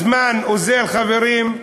הזמן אוזל, חברים,